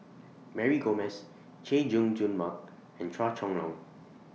Mary Gomes Chay Jung Jun Mark and Chua Chong Long